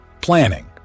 Planning